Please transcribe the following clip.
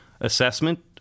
assessment